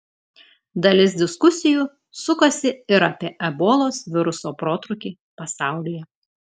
dalis diskusijų sukasi ir apie ebolos viruso protrūkį pasaulyje